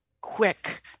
quick